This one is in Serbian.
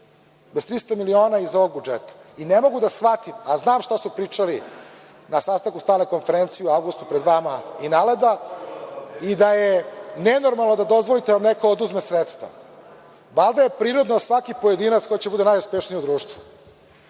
bez 300 miliona iz ovog budžeta. Ne mogu da shvatim, a znam šta su pričali na sastanku Stalne konferencije u avgustu pred vama i NALED-om, i da je nenormalno da dozvolite da vam neko oduzme sredstva. Valjda je prirodno da svaki pojedinac hoće da bude najuspešniji u društvu,